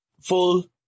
full